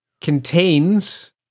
contains